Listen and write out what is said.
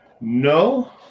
no